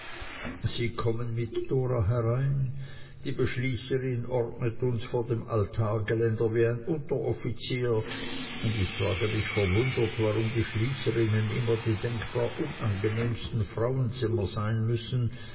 sie kommen mit dora herein die beschließerin ordnet uns vor dem altargeländer wie ein unteroffizier und ich frage mich verwundert warum die schließerinnen immer die denkbar unangenehmsten frauenzimmer sein müssen